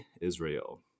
Israel